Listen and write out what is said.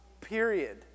Period